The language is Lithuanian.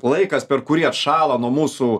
laikas per kurį atšala nuo mūsų